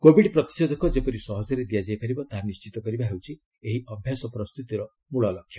Covid ପ୍ରତିଷେଧକ ଯେପରି ସହଜରେ ଦିଆଯାଇ ପାରିବ ତାହା ନିଶ୍ଚିତ କରିବା ହେଉଛି ଏହି ଅଭ୍ୟାସ ପ୍ରସ୍ତୁତିର ମୂଳ ଲକ୍ଷ୍ୟ